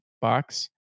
box